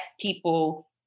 people